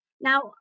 Now